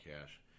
cash